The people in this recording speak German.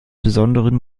besonderen